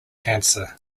cancer